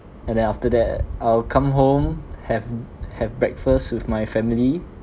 and then after that I'll come home have have breakfast with my family